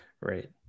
right